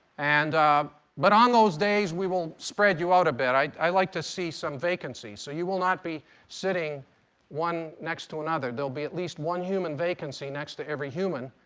and but on those days we will spread you out a bit. i i like to see some vacancies. so you will not be sitting one next to another. there'll be at least one human vacancy next to every human,